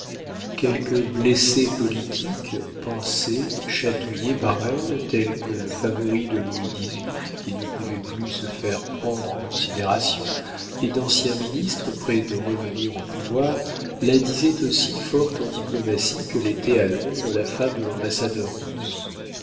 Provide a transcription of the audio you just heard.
quelques blessés politiques pansés chatouillés par elle tels que le favori de louis xviii qui ne pouvait plus se faire prendre en considération et d'anciens ministres près de revenir au pouvoir la disaient aussi forte en diplomatie que l'était à londres la femme de l'ambassadeur russe